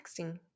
texting